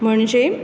म्हणजे